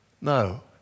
No